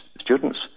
students